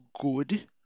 good